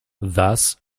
thus